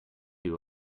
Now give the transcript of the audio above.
you